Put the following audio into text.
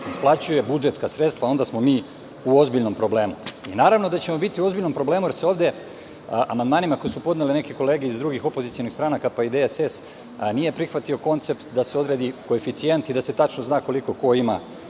isplaćuje budžetska sredstva, onda smo mi u ozbiljnom problemu. Naravno da ćemo biti u ozbiljnom problemu, jer se ovde amandmanima koje su podnele neke kolege iz drugih opozicionih stranaka, pa i DSS, nije prihvatio koncept da se odredi koeficijent i da se tačno zna koliko ko ima